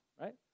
right